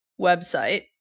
website